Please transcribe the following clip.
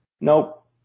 nope